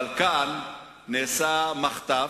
אבל כאן נעשה מחטף,